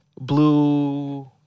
Blue